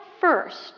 first